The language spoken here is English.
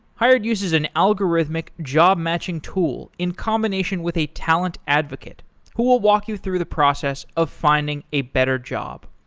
hired uses an algorithmic job-matching tool in combination with a talent advocate who will walk you through the process of finding a better job.